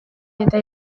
eta